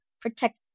protect